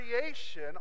creation